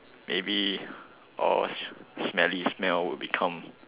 maybe all smelly smell will become